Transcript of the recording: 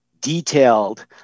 detailed